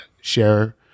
share